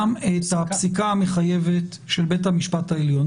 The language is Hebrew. את הפסיקה המחייבת של בית המשפט העליון,